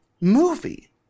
movie